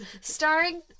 Starring